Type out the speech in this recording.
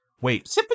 Wait